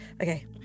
Okay